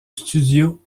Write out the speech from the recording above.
studio